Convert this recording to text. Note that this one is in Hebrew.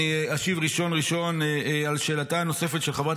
אני אשיב ראשון ראשון על שאלתה הנוספת של חברת